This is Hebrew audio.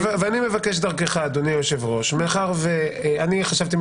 אדוני היושב-ראש, אני מבקש דרכך.